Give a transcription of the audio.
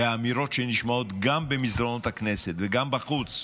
ואמירות שנשמעות גם במסדרונות הכנסת וגם בחוץ,